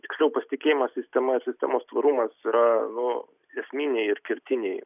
tiksliau pasitikėjimas sistema sistemos tvarumas yra nu esminiai ir kertiniai